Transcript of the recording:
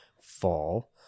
fall